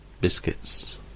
biscuits